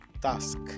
task